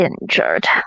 injured